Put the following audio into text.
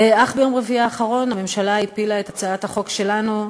אך ביום רביעי האחרון הממשלה הפילה את הצעת החוק שלנו,